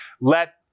Let